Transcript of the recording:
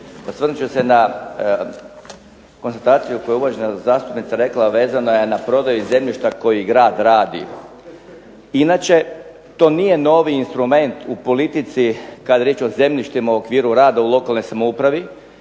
Osvrnut ću se na konstataciju koja je uvažena zastupnica rekla a vezano je na prodaju zemljišta koji grad radi. Inače to nije novi instrument u politici kada je riječ o zemljištima u okviru rada u lokalnoj samoupravi,